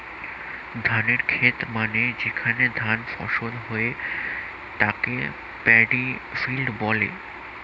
ধানের খেত মানে যেখানে ধান ফসল হয়ে তাকে প্যাডি ফিল্ড বলে